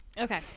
Okay